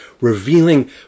revealing